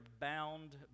bound